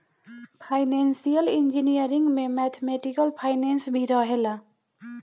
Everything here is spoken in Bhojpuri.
फाइनेंसियल इंजीनियरिंग में मैथमेटिकल फाइनेंस भी रहेला